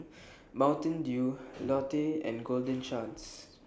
Mountain Dew Lotte and Golden Chance